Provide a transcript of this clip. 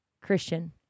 Christian